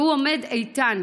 והוא עומד איתן